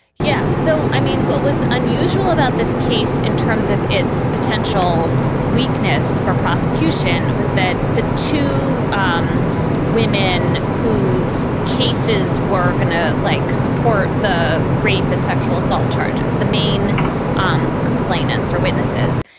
yeah. so, i mean, what was unusual about this case in terms of its potential weakness for prosecution was that the two um women whose cases were going to like support the rape and sexual assault charges, the main um complainants or witnesses,